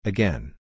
Again